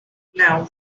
now